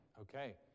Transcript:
Okay